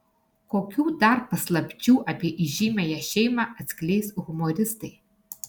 kokių dar paslapčių apie įžymiąją šeimą atskleis humoristai